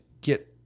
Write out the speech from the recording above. get